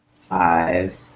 five